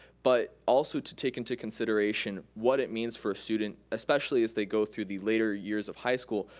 but also to take into consideration what it means for a student, especially as they go through the later years of high school,